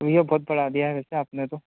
नहीं वह बहुत बढ़ा दिया है वैसे आपने तो